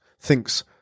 thinks